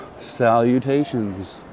salutations